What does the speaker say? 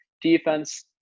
Defense